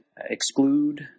Exclude